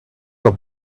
the